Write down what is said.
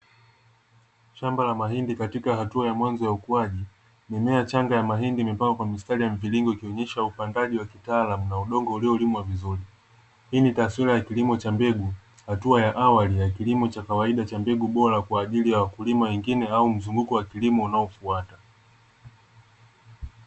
Shamba la mahindi katika atua ya mwanzo ya ukuaji, mimea michanga ya mahindi imepangwa kwa mistari ya mviringo ikionyesha upandaji wa kitaalamu na udongo uliolimwa vizuri. Hii ni taswira ya kilimo cha mbegu atua ya awali ya kilimo cha kawaida cha mbegu bora kwaajili wakulima wengine au mzunguko wa kilimo unaofuata.